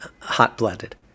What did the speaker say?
hot-blooded